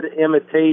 imitation